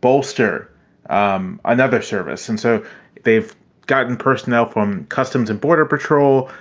bolster um another service. and so they've gotten personnel from customs and border patrol,